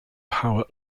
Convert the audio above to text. power